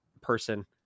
person